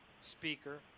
speaker